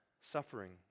suffering